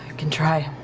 can try.